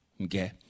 okay